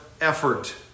effort